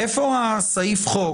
איפה סעיף החוק